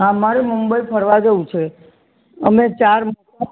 હા મારે મુંબઈ ફરવા જવું અમે ચાર